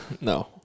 No